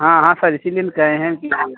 हाँ हाँ सर इसलिए न कहे हैं कि